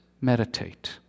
meditate